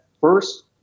first